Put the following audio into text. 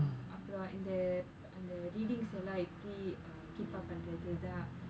அப்புறம் இந்த அந்த:appuram intha antha readings எல்லா எப்படி:ellaa eppadi keep up பன்றது தா:pandrathu thaa